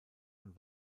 und